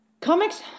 comics